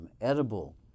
Edible